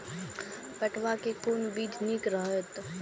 पटुआ के कोन बीज निक रहैत?